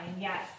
yes